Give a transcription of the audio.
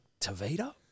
Tavita